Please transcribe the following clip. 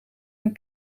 een